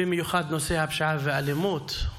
ובמיוחד נושא הפשיעה והאלימות,